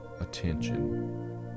attention